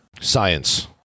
Science